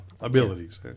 Abilities